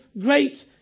great